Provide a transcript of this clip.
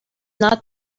not